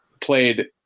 played